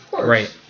Right